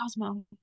cosmo